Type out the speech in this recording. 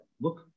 look